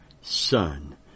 Son